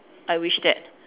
I wish that